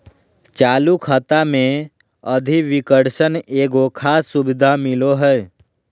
चालू खाता मे अधिविकर्षण एगो खास सुविधा मिलो हय